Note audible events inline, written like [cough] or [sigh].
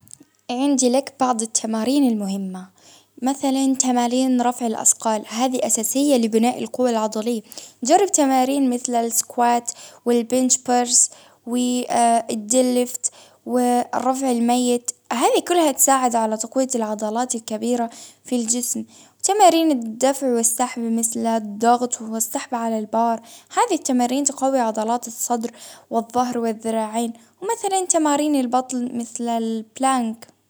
عندي لك بعض التمارين المهمة، مثلا تمارين رفع الأثقال، هذي أساسية لبناء القوة العضلية، جرب تمارين مثل الإسكوات والبنش بيرس [hesitation] والديل ليفتو [hesitation] الرفع الميت، هذه كلها تساعد على تقوية العضلات الكبيرة في الجسم، تمارين الدفع والسحب مثل الضغط ،والسحب على البار هذه التمارين تقوي عضلات الصدر، والظهر والذراعين، مثلا تمارين البطن مثل البلانك.